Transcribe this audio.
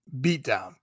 beatdown